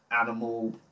animal